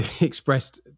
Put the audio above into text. expressed